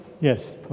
Yes